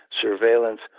surveillance